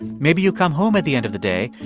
maybe you come home at the end of the day,